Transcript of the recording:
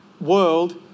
world